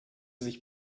sich